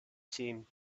seemed